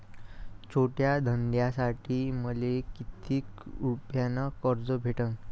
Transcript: छोट्या धंद्यासाठी मले कितीक रुपयानं कर्ज भेटन?